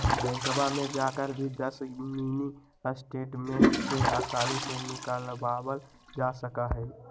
बैंकवा में जाकर भी दस मिनी स्टेटमेंट के आसानी से निकलवावल जा सका हई